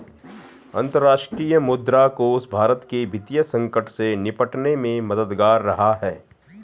अंतर्राष्ट्रीय मुद्रा कोष भारत के वित्तीय संकट से निपटने में मददगार रहा है